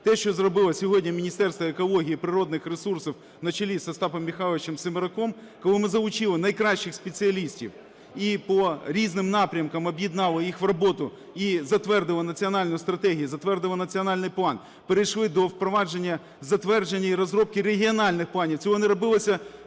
те, що зробило сьогодні Міністерство екології і природних ресурсів на чолі з Остапом Михайловичем Семераком, коли ми залучили найкращих спеціалістів і по різним напрямкам об'єднали їх в роботу, і затвердили національну стратегію, затвердили національний план, перейшли до впровадження, затвердження і розробки регіональних планів, цього не робилося